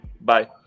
Bye